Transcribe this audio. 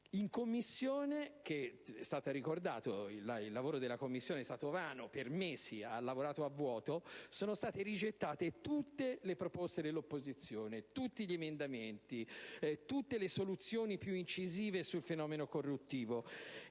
si può stupire. È stato ricordato che il lavoro della Commissione è stato vano e che per mesi ha lavorato a vuoto: in Commissione sono state rigettate tutte le proposte dell'opposizione, tutti gli emendamenti, tutte le soluzioni più incisive sul fenomeno corruttivo.